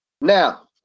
Now